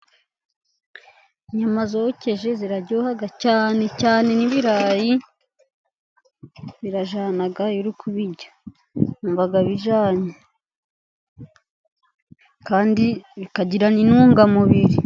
Inyama zokeje ziraryoha cyane cyane n'ibirayi birajyana iyo urikubirya wumva bijyanye , kandi bikajyira n'intungamubiri.